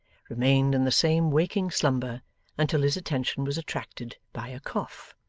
remained in the same waking slumber until his attention was attracted by a cough.